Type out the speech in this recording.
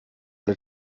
alle